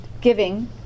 giving